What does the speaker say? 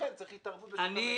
לכן צריך התערבות בשוק המלט.